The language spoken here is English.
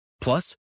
Plus